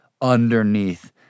underneath